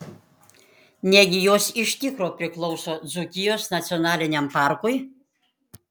negi jos iš tikro priklauso dzūkijos nacionaliniam parkui